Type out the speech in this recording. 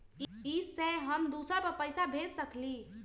इ सेऐ हम दुसर पर पैसा भेज सकील?